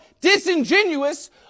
disingenuous